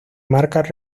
marcas